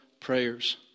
prayers